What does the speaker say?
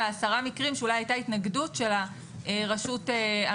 אלא 10 מקרים שאולי הייתה התנגדות של הרשות המקומית.